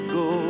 go